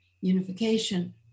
unification